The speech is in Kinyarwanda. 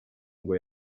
ngo